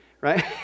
right